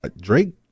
Drake